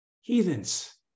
heathens